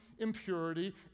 Impurity